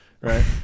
right